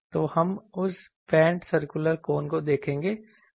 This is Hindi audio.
तो हम उस बैंट सर्कुलर कोन को देखेंगे